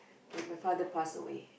when my father pass away